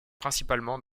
principalement